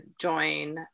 join